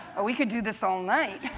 we could do this all night.